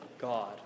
God